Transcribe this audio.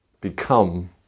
become